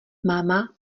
máma